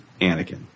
Anakin